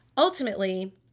Ultimately